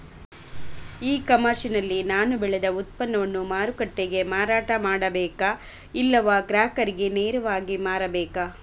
E commerce ನಲ್ಲಿ ನಾನು ಬೆಳೆ ಉತ್ಪನ್ನವನ್ನು ಮಾರುಕಟ್ಟೆಗೆ ಮಾರಾಟ ಮಾಡಬೇಕಾ ಇಲ್ಲವಾ ಗ್ರಾಹಕರಿಗೆ ನೇರವಾಗಿ ಮಾರಬೇಕಾ?